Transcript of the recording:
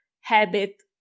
habit